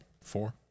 Four